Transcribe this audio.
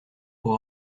pour